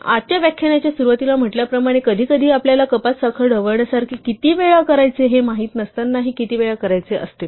पण आजच्या व्याख्यानाच्या सुरुवातीला म्हटल्याप्रमाणे कधीकधी आपल्याला कपात साखर ढवळण्यासारखे किती वेळा करायचे हे आधीच माहित नसतानाही किती वेळा करायचे असते